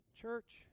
Church